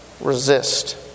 resist